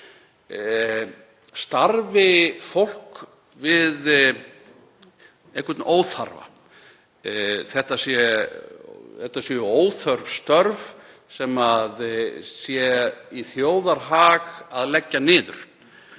starfi fólk við einhvern óþarfa. Þetta séu óþörf störf sem sé í þjóðarhag að leggja niður.